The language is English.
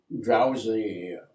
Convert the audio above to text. drowsy